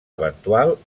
eventual